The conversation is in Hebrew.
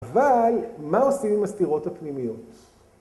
‫אבל מה עושים עם הסתירות הפנימיות?